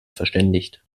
verständigt